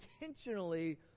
intentionally